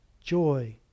joy